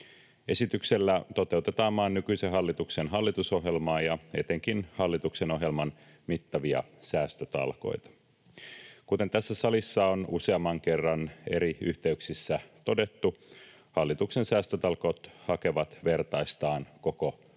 Esityksellä toteutetaan maan nykyisen hallituksen hallitusohjelmaan ja etenkin hallituksen ohjelman mittavia säästötalkoita. Kuten tässä salissa on useamman kerran eri yhteyksissä todettu, hallituksen säästötalkoot hakevat vertaistaan koko maan